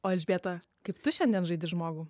o elžbieta kaip tu šiandien žaidi žmogų